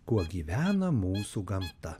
kuo gyvena mūsų gamta